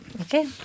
Okay